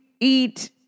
eat